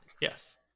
Yes